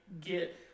get